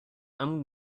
and